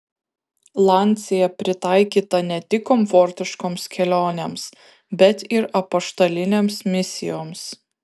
lancia pritaikyta ne tik komfortiškoms kelionėms bet ir apaštalinėms misijoms